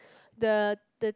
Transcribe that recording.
the the